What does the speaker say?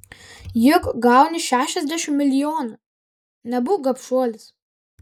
juk gauni šešiasdešimt milijonų nebūk gobšuolis